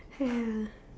ya